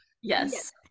Yes